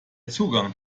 zugang